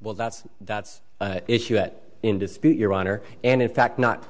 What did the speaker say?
well that's that's an issue at in dispute your honor and in fact not